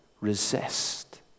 Resist